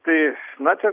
tai na čia